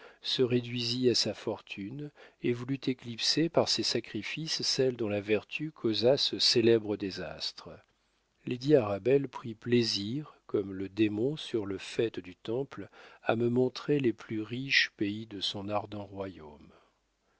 se réduisit à sa fortune et voulut éclipser par ses sacrifices celle dont la vertu causa ce célèbre désastre lady arabelle prit plaisir comme le démon sur le faîte du temple à me montrer les plus riches pays de son ardent royaume